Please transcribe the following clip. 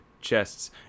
chests